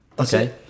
Okay